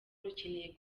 rukeneye